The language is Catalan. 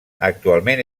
actualment